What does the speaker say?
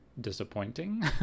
disappointing